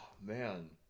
man